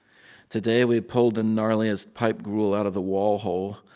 today, we pulled the gnarliest pipe gruel out of the wall hole.